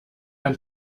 ein